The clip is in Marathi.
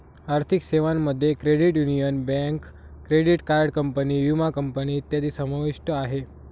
आर्थिक सेवांमध्ये credit union, bank, credit card company, विमा कंपनी इत्यादी समाविष्ट आहे